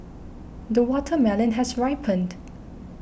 the watermelon has ripened